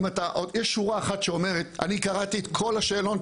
יש שורה אחת שאומרת, אני קראתי את כל השאלון.